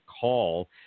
call